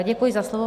Děkuji za slovo.